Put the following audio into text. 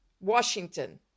washington